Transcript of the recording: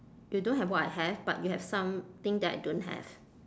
you don't have what I have but you have something that I don't have